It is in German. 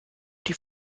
die